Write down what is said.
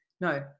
No